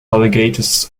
alligators